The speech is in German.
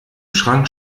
schrank